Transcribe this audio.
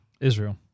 Israel